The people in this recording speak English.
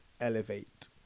Elevate